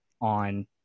on